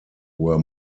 were